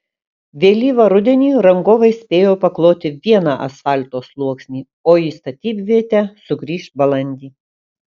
vėlyvą rudenį rangovai spėjo pakloti vieną asfalto sluoksnį o į statybvietę sugrįš balandį